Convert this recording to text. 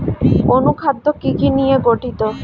অনুখাদ্য কি কি নিয়ে গঠিত?